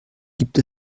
gibt